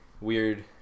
weird